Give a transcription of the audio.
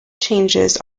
changes